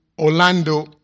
Orlando